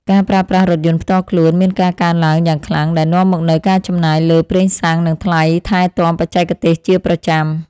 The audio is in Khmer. ការប្រើប្រាស់រថយន្តផ្ទាល់ខ្លួនមានការកើនឡើងយ៉ាងខ្លាំងដែលនាំមកនូវការចំណាយលើប្រេងសាំងនិងថ្លៃថែទាំបច្ចេកទេសជាប្រចាំ។